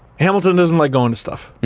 hamilton doesn't like going to stuff.